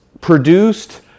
produced